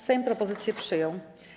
Sejm propozycję przyjął.